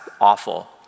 awful